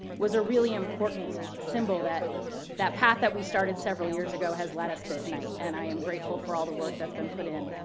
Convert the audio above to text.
really important symbol that that path that we started several years ago has led us to tonight, and i am grateful for all the work that's been put in.